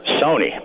Sony